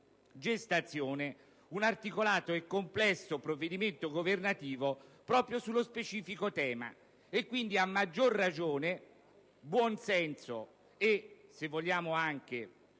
gestazione un articolato e complesso provvedimento governativo proprio sul tema specifico. Quindi, a maggior ragione, buon senso e, se vogliamo,